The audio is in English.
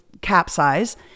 capsize